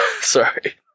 Sorry